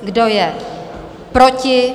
Kdo je proti?